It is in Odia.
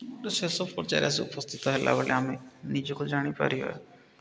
ଗୋଟେ ଶେଷ ପର୍ଯ୍ୟାୟରେ ଆସି ଉପସ୍ଥିତ ହେଲାବେଳେ ଆମେ ନିଜକୁ ଜାଣିପାରିବା